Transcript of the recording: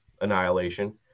annihilation